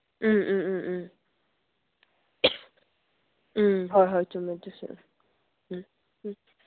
ꯎꯝ ꯎꯝ ꯎꯝ ꯎꯝ ꯎꯝ ꯍꯣꯏ ꯍꯣꯏ ꯆꯨꯝꯃꯦ ꯑꯗꯨꯁꯨ ꯎꯝ ꯎꯝ